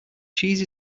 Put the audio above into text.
cheese